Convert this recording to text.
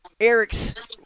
Eric's